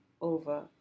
over